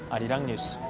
arirang news.